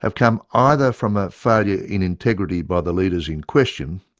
have come either from a failure in integrity by the leaders in question